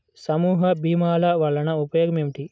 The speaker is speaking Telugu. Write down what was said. సమూహ భీమాల వలన ఉపయోగం ఏమిటీ?